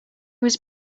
was